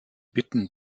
bitten